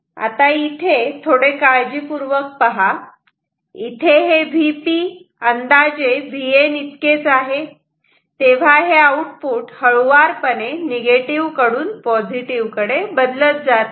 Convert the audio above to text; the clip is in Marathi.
आता इथे थोडे काळजीपूर्वक पहा इथे हे Vp हे अंदाजे Vn इतके आहे तेव्हा हे आउटपुट हळुवारपणे निगेटिव्ह कडून पॉझिटिव्ह कडे बदलत जात आहे